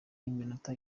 y’iminota